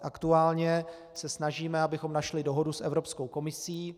Aktuálně se snažíme, abychom našli dohodu s Evropskou komisí.